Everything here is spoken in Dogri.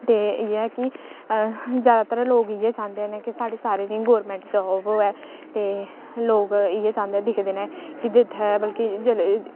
ते इ'यै कि जैदातर लोक इ'यै चांह्दे न कि साढ़ी सारें दी गौरमैंट जाब होऐ ते लोक इ'यै चांह्दे दिखदे न कि जित्थै मतलब कि जेल्लै